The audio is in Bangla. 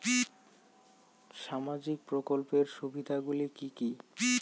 সামাজিক প্রকল্পের সুবিধাগুলি কি কি?